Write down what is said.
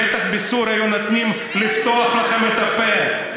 בטח בסוריה היו נותנים לכם לפתוח את הפה,